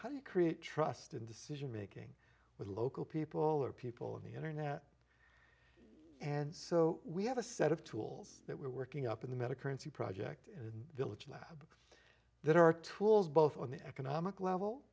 how do you create trust in decision making with local people or people on the internet and so we have a set of tools that we're working up in the med a currency project in village lab there are tools both on the economic level